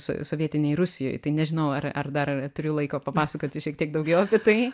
so sovietinėj rusijoj tai nežinau ar ar dar turiu laiko papasakoti šiek tiek daugiau apie tai